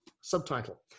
subtitle